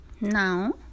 Now